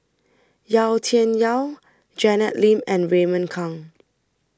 Yau Tian Yau Janet Lim and Raymond Kang